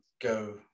go